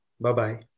Bye-bye